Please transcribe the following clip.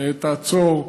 תעצור.